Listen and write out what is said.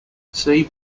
see